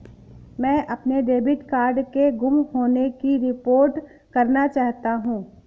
मैं अपने debit card के गुम होने की रिपोर्ट करना चाहता हूँ